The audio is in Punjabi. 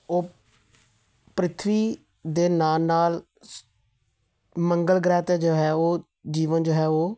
ਉਹ ਪ੍ਰਿਥਵੀ ਦੇ ਨਾਲ ਨਾਲ ਮੰਗਲ ਗ੍ਰਹਿ 'ਤੇ ਜੋ ਹੈ ਉਹ ਜੀਵਨ ਜੋ ਹੈ ਉਹ